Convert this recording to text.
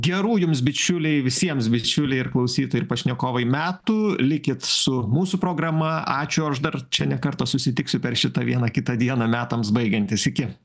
gerų jums bičiuliai visiems bičiuliai ir klausytojai ir pašnekovai metų likit su mūsų programa ačiū aš dar čia ne kartą susitiksiu per šitą vieną kitą dieną metams baigiantis iki